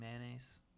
mayonnaise